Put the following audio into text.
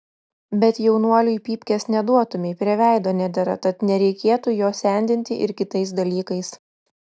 bet jaunuoliui pypkės neduotumei prie veido nedera tad nereikėtų jo sendinti ir kitais dalykais